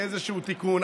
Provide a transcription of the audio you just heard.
לאיזשהו תיקון.